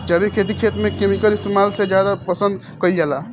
जैविक खेती खेत में केमिकल इस्तेमाल से ज्यादा पसंद कईल जाला